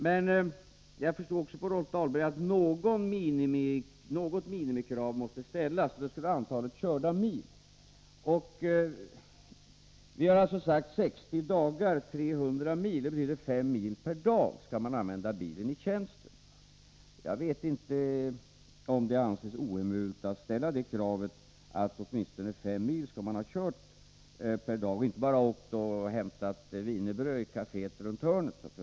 Men jag förstod också på Rolf Dahlberg att något minimikrav måste ställas. Det skulle vara antalet körda mil. Vi har föreslagit 60 dagar och 300 mil. Det innebär att man skall använda bilen fem mil om dagen i tjänsten. Jag vet inte om det kan anses ohemult att ställa kravet att man skall ha kört åtminstone fem mil per dag och inte bara åkt och hämtat wienerbröd i kaféet runt hörnet.